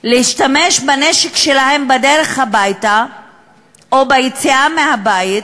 להשתמש בנשק שלהם בדרך הביתה או ביציאה מהבית